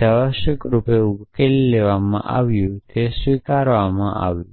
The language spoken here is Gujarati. તે આવશ્યકરૂપે ઉકેલી લેવામાં આવ્યું તે સ્વીકારવામાં આવ્યું